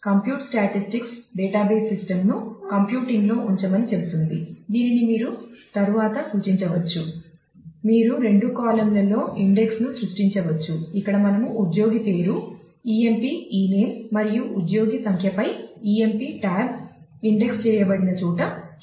compute statistics లలో index ను సృష్టించవచ్చు ఇక్కడ మనము ఉద్యోగి పేరు emp ename మరియు ఉద్యోగి సంఖ్యపై emp tab ఇండెక్స్ చేయబడిన చోట చూపిస్తున్నాము